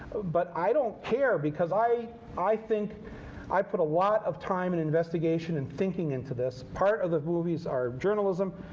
but i don't care because i i think i put a lot of time and investigation and thinking into this. part of the movies are journalism,